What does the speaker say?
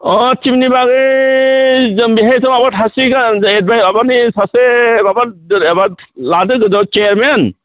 अ तिमनि बागै जों बेहायथ' माबा थासिगोन जे माबानि सासे माबा लादों चेयारमेन